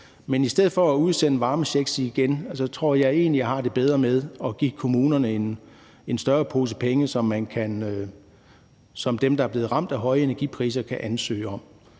Men i stedet for at udsende varmechecks igen tror jeg egentlig at jeg har det bedre med at give kommunerne en større pose penge, som dem, der er blevet ramt af høje energipriser, kan ansøge om.